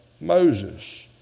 Moses